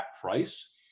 price